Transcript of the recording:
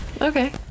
Okay